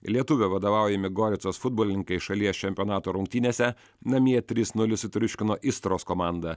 lietuvio vadovaujami goricos futbolininkai šalies čempionato rungtynėse namie trys nulis sutriuškino istros komandą